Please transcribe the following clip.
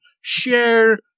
share